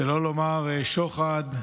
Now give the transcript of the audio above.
שלא לומר שוחד,